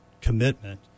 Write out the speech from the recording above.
commitment